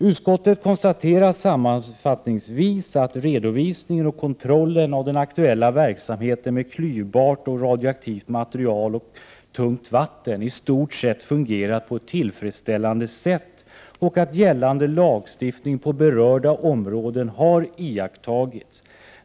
Utskottet konstaterar sammanfattningsvis att redovisningen och kontrollen av den aktuella verksamheten med klyvbart och radioaktivt material och tungt vatten i stort sett fungerat på ett tillfredsställande sätt och att gällande lagstiftning på berörda områden har iakttagits.